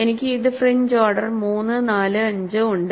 എനിക്ക് ഇത് French order 3 4 5 ഉണ്ട്